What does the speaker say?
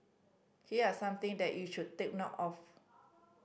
here are some thing that you should take note of